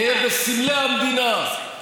גאה בסמלי המדינה,